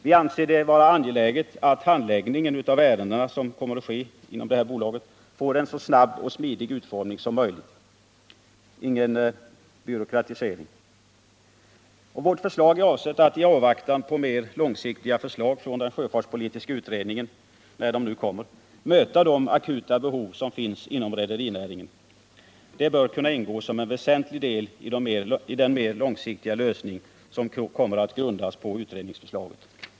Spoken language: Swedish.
Vi anser att handläggningen av ärendena i bolaget bör bli så snabb och smidig som möjligt, dvs. ingen byråkratisering. Vårt förslag är avsett att i avvaktan på mer långsiktiga förslag från den sjöfartspolitiska utredningen, när de nu kommer, möta de akuta behoven inom rederinäringen. Detta bör kunna ingå som en väsentlig del i den långsiktiga lösning som kommer att grundas på utredningsförslaget.